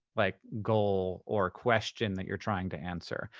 like, goal or question that you're trying to answer.